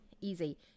easy